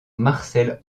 marcel